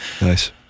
Nice